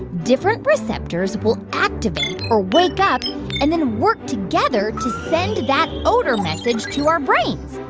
different receptors will activate or wake up and then work together to send that odor message to our brains.